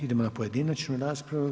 Idemo na pojedinačnu raspravu.